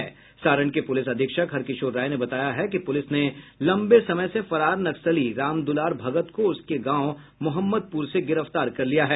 सारण के पुलिस अधीक्षक हरकिशोर राय ने बताया है कि पुलिस ने लंबे समय से फरार नक्सली राम दुलार भगत को उसके गांव मोहम्मदपुर से गिरफ्तार कर लिया है